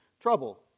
trouble